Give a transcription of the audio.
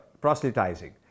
proselytizing